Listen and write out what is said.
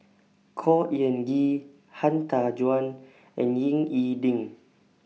Khor Ean Ghee Han Tan Juan and Ying E Ding